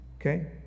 Okay